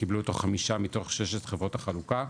שקיבלו אותו חמישה מתוך ששת חברות החלוקה,